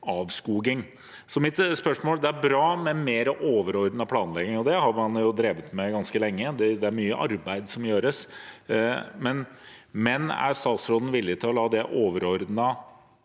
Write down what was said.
avskoging. Det er bra med mer overordnet planlegging. Det har man drevet med ganske lenge, og det er mye arbeid som gjøres, men er statsråden villig til å la det overordnede